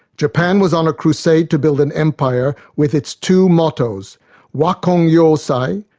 japan was on a crusade to build an empire with its two mottoes wakon-yosai,